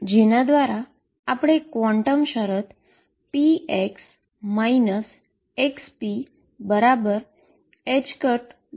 જેના દ્વારા આપણે ક્વોન્ટમ કન્ડીશન px xpi ને સંતોષે છે